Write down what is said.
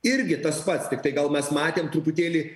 irgi tas pats tiktai gal mes matėm truputėlį